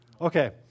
Okay